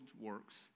works